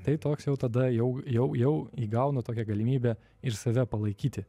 tai toks jau tada jau jau jau įgaunu tokią galimybę ir save palaikyti